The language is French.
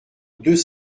deux